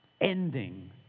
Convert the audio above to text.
ending